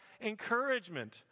encouragement